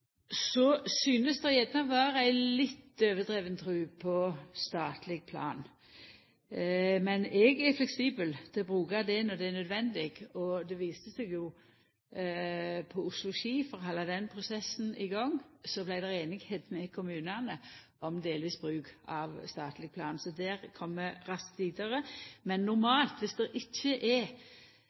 Så synest eg det gjerne var ei litt overdriven tru på statleg plan. Men eg er fleksibel til å bruka det når det er nødvendig, og det viste seg jo at det på Oslo–Ski, for å halda den prosessen i gang, vart einigheit med kommunane om delvis bruk av statleg plan. Så der kom vi raskt vidare. Men normalt, dersom det ikkje er